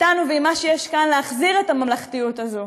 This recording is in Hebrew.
איתנו ועם מה שיש כאן, להחזיר את הממלכתיות הזאת,